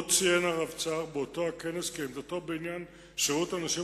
עוד ציין הרבצ"ר באותו הכנס כי עמדתו בעניין שירות הנשים